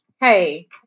Hey